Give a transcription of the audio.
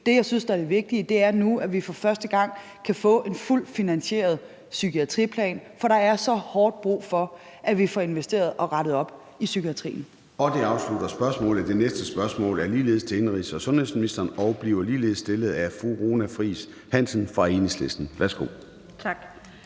Det, jeg synes er det vigtige, er nu, at vi for første gang kan få en fuldt finansieret psykiatriplan, for der er så hårdt brug for, at vi får investeret og rettet op i psykiatrien. Kl. 14:07 Formanden (Søren Gade): Det afslutter spørgsmålet. Det næste spørgsmål er ligeledes til indenrigs- og sundhedsministeren og bliver ligeledes stillet af fru Runa Friis Hansen fra Enhedslisten. Kl.